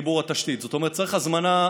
לחיבור התשתית, זאת אומרת, צריך הזמנה.